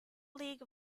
league